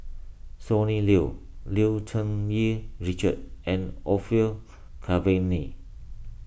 Sonny Liew Liew Cherng Yih Richard and Orfeur Cavenagh